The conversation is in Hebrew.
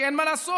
כי אין מה לעשות.